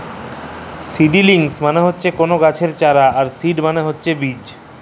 seedlings মানে হচ্যে কল গাছের চারা আর সিড মালে ছে বীজ